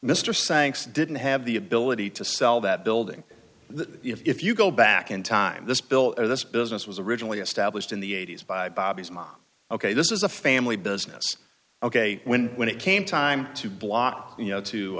sanctioned didn't have the ability to sell that building that if you go back in time this bill or this business was originally established in the eighty's by bobby's mom ok this is a family business ok when when it came time to block you know to